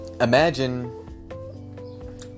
imagine